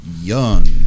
young